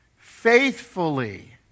faithfully